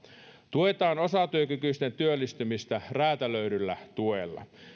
tuetaan osatyökykyisten työllistämistä räätälöidyllä tuella